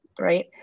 right